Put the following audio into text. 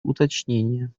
уточнения